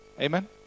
Amen